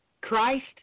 Christ